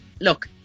look